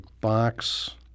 box